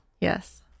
Yes